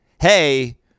Hey